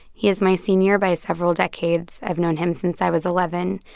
he is my senior by several decades. i've known him since i was eleven.